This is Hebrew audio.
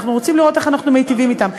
אנחנו רוצים לראות איך אנחנו מיטיבים אתם.